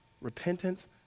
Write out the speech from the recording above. repentance